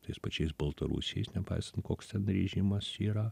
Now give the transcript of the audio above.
tais pačiais baltarusiais nepaisant koks ten režimas yra